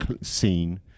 scene